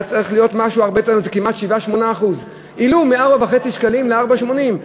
זה 7% 8%. העלו מ-4.5 שקלים ל-4.80,